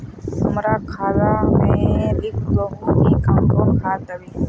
हमरा खाता में लिख दहु की कौन कौन खाद दबे?